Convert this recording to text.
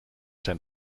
zijn